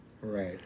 Right